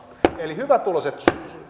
eli hyvätuloiset